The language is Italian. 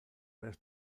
per